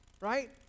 Right